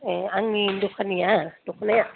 ए आंनि दखाननिया दख'नाया